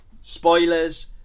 spoilers